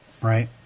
Right